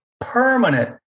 permanent